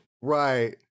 Right